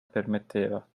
permetteva